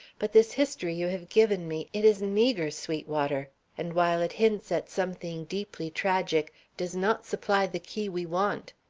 but this history you have given me it is meagre, sweetwater, and while it hints at something deeply tragic, does not supply the key we want.